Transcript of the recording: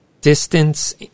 distance